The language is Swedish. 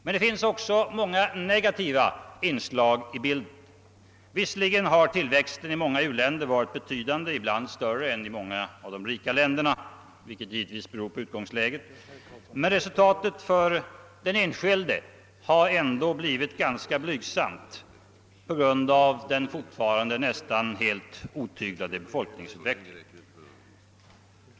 Men det finns också många negativa inslag i bilden. Visserligen har tillväxten i många u-länder varit betydande, men resultatet för den enskilde har ändå blivit ganska blygsam på grund av en fortfarande nästan helt otyglad befolkningsutveckling.